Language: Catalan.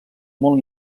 molt